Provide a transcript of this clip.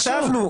חשבנו.